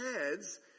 heads